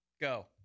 Go